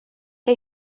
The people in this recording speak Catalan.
que